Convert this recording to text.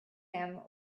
him